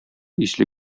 исле